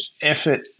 effort